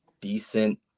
decent